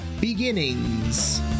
Beginnings